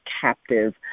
captive